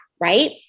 right